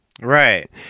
Right